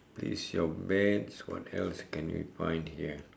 place your bets what else can you find here